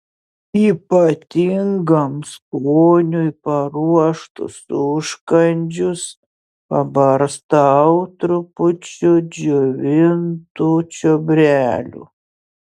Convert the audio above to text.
ypatingam skoniui paruoštus užkandžius pabarstau trupučiu džiovintų čiobrelių